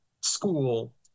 school